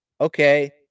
okay